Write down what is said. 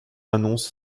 annonce